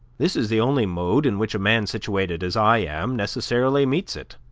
this is the only mode in which a man situated as i am necessarily meets it